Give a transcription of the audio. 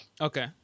Okay